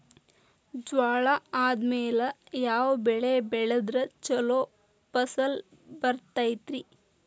ಜ್ವಾಳಾ ಆದ್ಮೇಲ ಯಾವ ಬೆಳೆ ಬೆಳೆದ್ರ ಛಲೋ ಫಸಲ್ ಬರತೈತ್ರಿ?